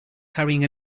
carrying